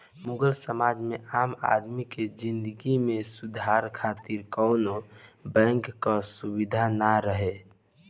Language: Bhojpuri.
मुगल समय में आम आदमी के जिंदगी में सुधार खातिर कवनो बैंक कअ सुबिधा ना रहे